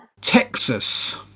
Texas